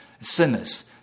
sinners